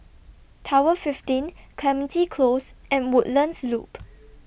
Tower fifteen Clementi Close and Woodlands Loop